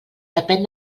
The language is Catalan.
depén